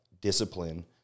discipline